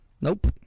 Nope